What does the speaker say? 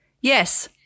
Yes